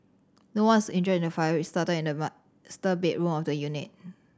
no one's injured in the fire which started in the started bedroom of the unit